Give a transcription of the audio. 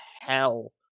hell